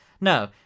No